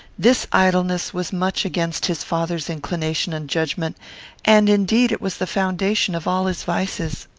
this idleness was much against his father's inclination and judgment and, indeed, it was the foundation of all his vices.